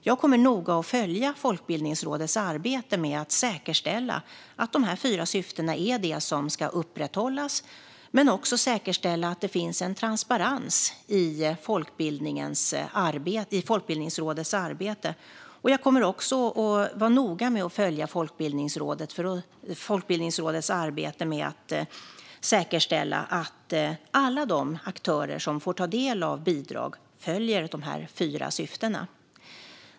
Jag kommer att noga följa Folkbildningsrådets arbete med att säkerställa att de fyra syftena ska upprätthållas men också att det finns en transparens i Folkbildningsrådets arbete. Jag kommer också att vara noga med att följa Folkbildningsrådets arbete med att säkerställa att alla aktörer som får ta del av bidrag följer de fyra syftena.